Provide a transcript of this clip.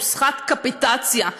נוסחת קפיטציה,